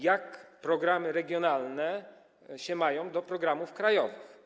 Jak programy regionalne się mają do programów krajowych?